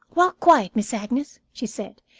walk quiet, miss agnes, she said,